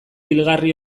hilgarri